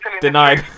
denied